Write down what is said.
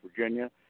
Virginia